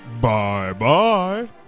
Bye-bye